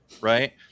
right